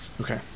Okay